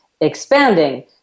Expanding